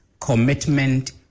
commitment